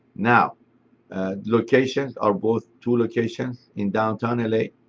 now locations, our both two locations in downtown like